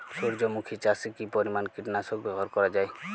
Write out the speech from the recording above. সূর্যমুখি চাষে কি পরিমান কীটনাশক ব্যবহার করা যায়?